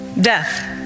Death